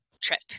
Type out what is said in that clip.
trip